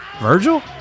Virgil